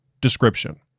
Description